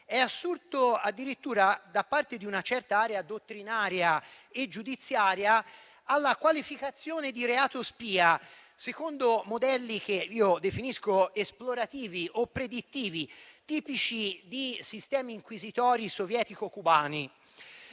È assurto addirittura, da parte di una certa area dottrinaria e giudiziaria, alla qualificazione di reato spia, secondo modelli che definisco esplorativi o predittivi tipici di sistemi inquisitori sovietico-cubani,